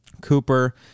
Cooper